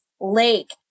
lake